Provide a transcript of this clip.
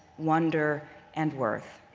wonder and worth.